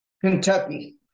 Kentucky